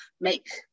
make